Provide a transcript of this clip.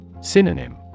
Synonym